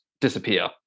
disappear